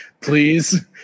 please